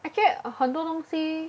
actually 很多东西